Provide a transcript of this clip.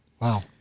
Wow